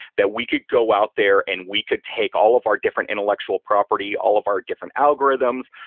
that we could go out there and we could take all of our different intellectual property, all of our different algorithms,